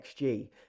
XG